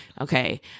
Okay